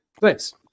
Thanks